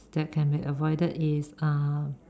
that can be avoided is